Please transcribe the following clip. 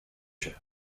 się